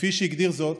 כפי שהגדיר זאת